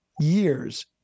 years